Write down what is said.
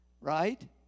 Right